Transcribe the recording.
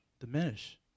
Diminish